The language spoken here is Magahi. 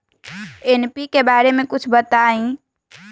एन.पी.के बारे म कुछ बताई?